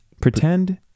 Pretend